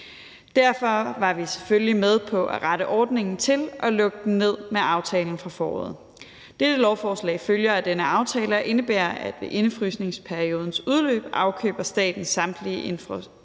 Derfor var vi selvfølgelig med på at rette ordningen til og lukke den ned med aftalen fra foråret. Dette lovforslag følger af denne aftale og indebærer, at staten ved indefrysningsperiodens udløb afkøber samtlige indefrosne krav,